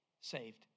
saved